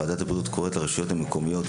ועדת הבריאות קוראת לרשויות המקומיות,